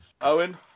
Owen